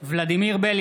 (קורא בשמות חברי הכנסת) ולדימיר בליאק,